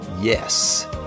Yes